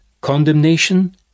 condemnation